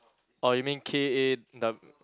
orh you mean K A doub~